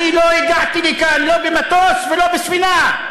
אני לא הגעתי לכאן, לא במטוס ולא בספינה.